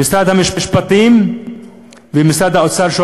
שמשרד המשפטים ומשרד האוצר,